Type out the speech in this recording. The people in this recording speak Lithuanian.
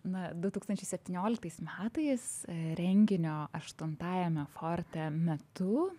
na du tūkstančiai septynioliktais metais renginio aštuntajame forte metu